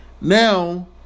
Now